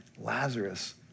Lazarus